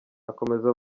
akomeza